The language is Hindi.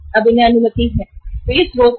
तो यह कुछ स्रोत है